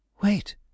Wait